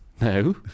No